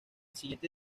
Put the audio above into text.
siguiente